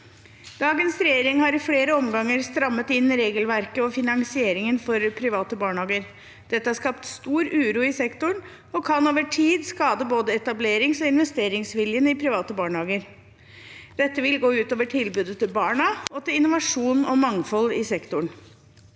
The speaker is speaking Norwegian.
Dagens regjering har i flere omganger strammet inn regelverket og finansieringen for private barnehager. Det har skapt stor uro i sektoren og kan over tid skade både etablerings- og investeringsviljen i private barnehager. Dette vil gå ut over tilbudet til barna og innovasjon og mangfold i sektoren.